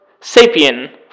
sapien